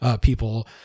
people